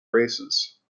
races